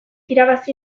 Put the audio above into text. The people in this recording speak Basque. irabazi